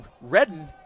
Redden